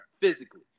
physically